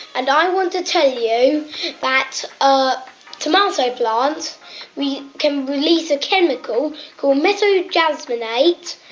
and i want to tell you that ah tomato plants we can release a chemical called methyl jasmonate,